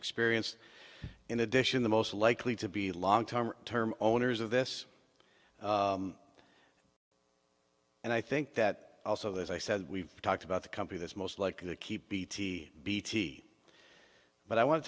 experienced in addition the most likely to be long term term owners of this and i think that also there's i said we've talked about the company that's most likely to keep bt bt but i want to